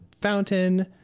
fountain